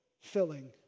filling